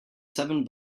seven